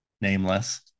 Nameless